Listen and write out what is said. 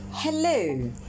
Hello